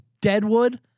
deadwood